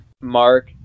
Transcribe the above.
Mark